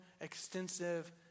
extensive